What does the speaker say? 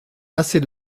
assez